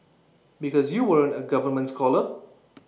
because you weren't A government scholar